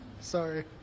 Sorry